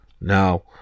Now